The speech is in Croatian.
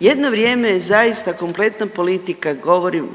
Jedno vrijeme je zaista kompletna politika govorim